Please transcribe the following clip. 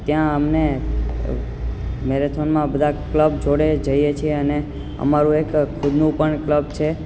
ત્યાં અમને મેરેથોનમાં બધા ક્લબ જોડે જઈએ છીએ અને અમારું એક ખુદનું પણ એક ક્લબ છે